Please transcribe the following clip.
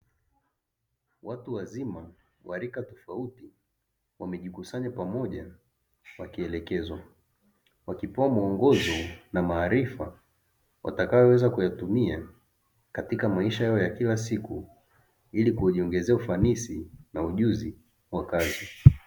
Watu wazima wa rika tofauti, wamejikusanya kwa pamoja, wakielekezwa, wakipewa muongozo na maarifa, watakayoweza kuyatumia katika maisha yao ya kila siku ili kujiongezea ufanisi na ujuzi wa kazi.